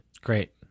Great